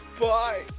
Bye